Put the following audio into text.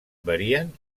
varien